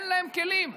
אין להם כלים.